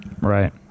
right